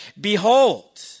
Behold